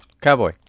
Cowboy